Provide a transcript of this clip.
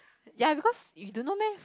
ya because you don't know meh